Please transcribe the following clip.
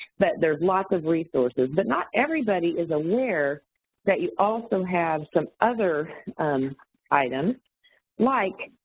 but there's lots of resources. but not everybody is aware that you also have some other um items like.